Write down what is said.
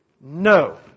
No